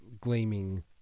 gleaming